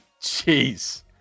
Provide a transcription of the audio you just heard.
jeez